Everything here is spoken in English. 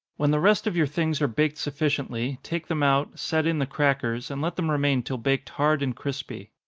when the rest of your things are baked sufficiently, take them out, set in the crackers, and let them remain till baked hard and crispy.